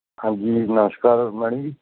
ਹਾਂਜੀ ਨਮਸਕਾਰ ਮੈਡਮ ਜੀ